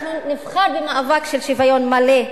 אנחנו נבחר במאבק של שוויון מלא,